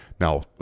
Now